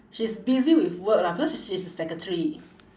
she's busy with work lah because she she's a secretary